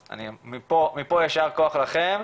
אז מפה יישר כוח לכם.